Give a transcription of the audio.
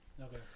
Okay